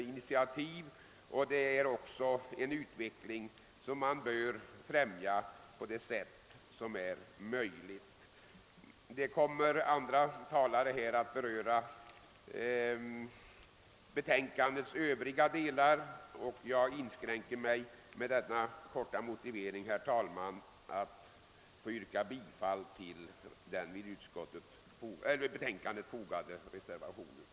En sådan utveckling bör främjas på det sätt som är möjligt. Herr talman! Andra talare kommer att beröra övriga delar av betänkandet, och jag inskränker mig därför med denna korta motivering till att yrka bifall till den vid betänkandet fogade reservationen.